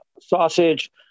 sausage